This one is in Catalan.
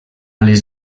les